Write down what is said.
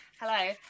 Hello